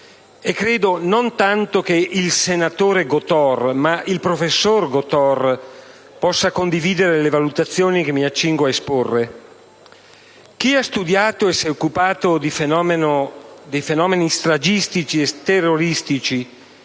Credo che non tanto il senatore Gotor, ma il professor Gotor possa condividere le valutazioni che mi accingo a esporre. Chi ha studiato e si è occupato dei fenomeni stragistici e terroristici